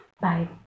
bye